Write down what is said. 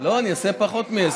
לא, אני אעשה בפחות מעשר.